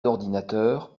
d’ordinateurs